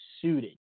suited